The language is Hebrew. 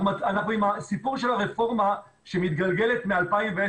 אנחנו עם הסיפור של הרפורמה שמתגלגלת מ-2010.